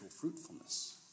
fruitfulness